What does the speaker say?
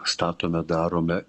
statome darome